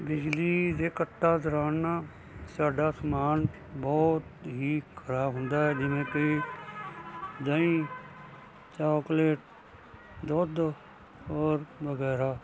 ਬਿਜਲੀ ਦੇ ਕੱਟਾਂ ਦੌਰਾਨ ਨਾ ਸਾਡਾ ਸਮਾਨ ਬਹੁਤ ਹੀ ਖ਼ਰਾਬ ਹੁੰਦਾ ਜਿਵੇਂ ਕਿ ਦਹੀਂ ਚੋਕਲੇਟ ਦੁੱਧ ਔਰ ਵਗੈਰਾ